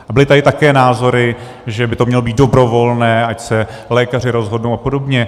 A byly tady také názory, že by to mělo být dobrovolné, ať se lékaři rozhodnou apod.